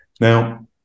Now